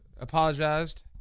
apologized